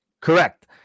Correct